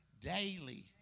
daily